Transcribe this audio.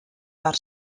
per